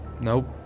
Nope